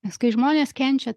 nes kai žmonės kenčia